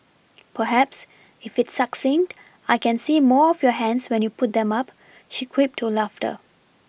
perhaps if it's succinct I can see more of your hands when you put them up she quipped to laughter